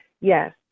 Yes